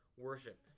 worship